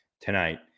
tonight